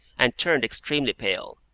and turned extremely pale.